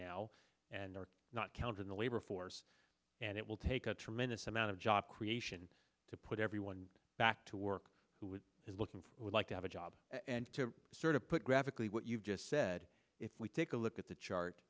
now and are not counted in the labor force and it will take a tremendous amount of job creation to put everyone back to work who was looking for would like to have a job and to sort of put graphically what you've just said if we take a look at the chart